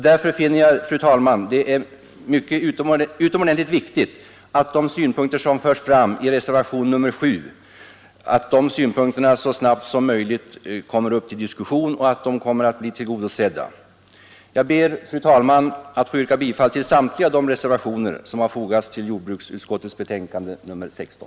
Därför finner jag det utomordentligt viktigt, fru talman, att de synpunkter som förs fram i reservationen 7 så snabbt som möjligt kommer upp till diskussion och att de blir tillgodosedda. Jag ber, fru talman, att få yrka bifall till samtliga de reservationer som har fogats till jordbruksutskottets betänkande nr 16.